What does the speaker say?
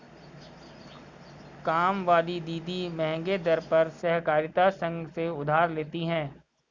कामवाली दीदी महंगे दर पर सहकारिता संघ से उधार लेती है